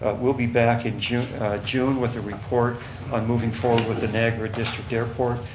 we'll be back in june june with a report on moving forward with the niagara district airport.